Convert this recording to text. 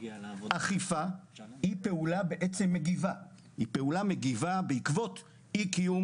אכיפה היא פעולה מגיבה בעקבות אי-קיום